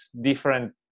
different